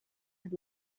had